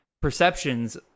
perceptions